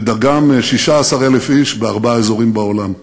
שדגם 16,000 איש בארבעה אזורים בעולם.